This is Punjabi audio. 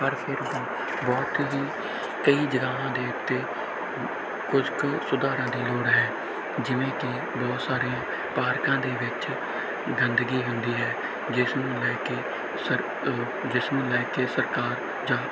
ਪਰ ਫਿਰ ਵੀ ਬਹੁਤ ਹੀ ਕਈ ਜਗ੍ਹਾਵਾਂ ਦੇ ਉੱਤੇ ਕੁਝ ਕੁ ਸੁਧਾਰਾਂ ਦੀ ਲੋੜ ਹੈ ਜਿਵੇਂ ਕਿ ਬਹੁਤ ਸਾਰੇ ਪਾਰਕਾਂ ਦੇ ਵਿੱਚ ਗੰਦਗੀ ਹੁੰਦੀ ਹੈ ਜਿਸ ਨੂੰ ਲੈ ਕੇ ਸਰ ਜਿਸ ਨੂੰ ਲੈ ਕੇ ਸਰਕਾਰ ਜਾਂ